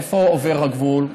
איפה עובר הגבול?